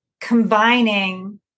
combining